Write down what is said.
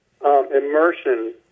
immersion